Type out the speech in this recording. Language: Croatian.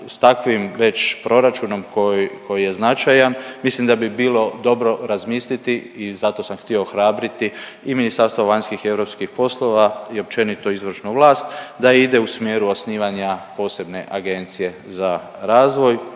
s takvim već proračunom koji, koji je značajan mislim da bi bilo dobro razmisliti i zato sam htio ohrabriti i Ministarstvo vanjskih i europskih poslova i općenito izvršnu vlast da ide u smjeru osnivanja posebne agencije za razvoj